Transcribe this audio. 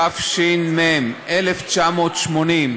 התש"ם 1980,